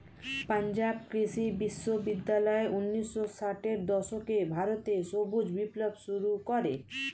পাঞ্জাব কৃষি বিশ্ববিদ্যালয় ঊন্নিশো ষাটের দশকে ভারতে সবুজ বিপ্লব শুরু করে